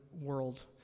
world